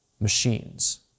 machines